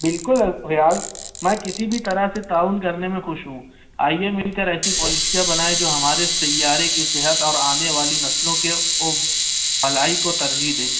بالکل ریاض میں کسی بھی طرح سے تعاون کرنے میں خوش ہوں آئیے مل کر ایسی پالیسیاں بنائیں جو ہمارے سیارے کی صحت اور آنے والی نسلوں کے بھلائی کو ترجیح دے